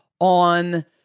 on